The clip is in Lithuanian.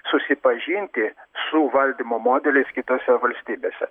susipažinti su valdymo modeliais kitose valstybėse